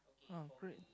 uh great